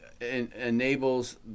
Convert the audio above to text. enables